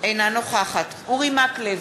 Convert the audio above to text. אינה נוכחת אורי מקלב,